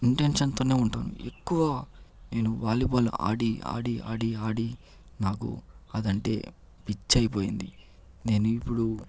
intention తోనే ఉంటుంది ఎక్కువ నేను వాలీబాల్ ఆడి ఆడి ఆడి ఆడి నాకు అదంటే పిచ్చి అయిపోయింది నేను ఇప్పుడు